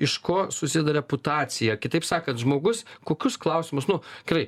iš ko susideda reputacija kitaip sakant žmogus kokius klausimus nu gerai